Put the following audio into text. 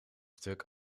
stuk